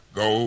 go